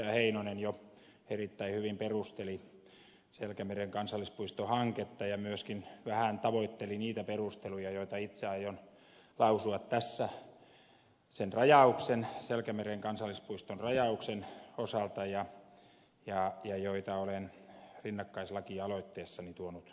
heinonen jo erittäin hyvin perusteli selkämeren kansallispuistohanketta ja myöskin vähän tavoitteli niitä perusteluja joita itse aion lausua tässä selkämeren kansallispuiston rajauksen osalta ja joita olen rinnakkaislakialoitteessani tuonut myöskin esille